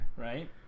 Right